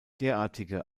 derartige